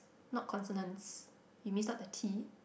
not consonance you miss out the T